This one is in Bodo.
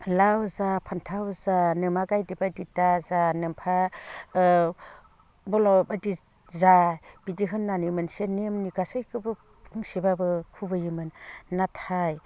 लाव जा फान्थाव जा नोमा गायदे बायदि दा जा नोम्फा बलद बायदि जा बिदि होननानै मोनसे नेमनि गासैखोबो बुंसिब्लाबो खुबैयोमोन नाथाय